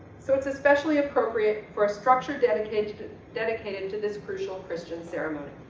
so it's especially appropriate for a structure dedicated dedicated to this crucial christian ceremony.